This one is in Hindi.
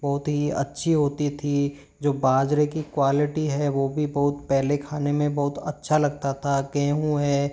बहुत ही अच्छी होती थी जो बाजरे की क्वालिटी है वो भी बहुत पहले खाने में बहुत अच्छा लगता था गेहूं है